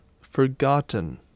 forgotten